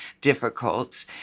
difficult